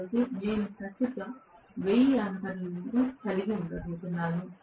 కాబట్టి నేను ప్రస్తుత 1000 ఆంపియర్లను కలిగి ఉండబోతున్నాను